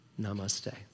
Namaste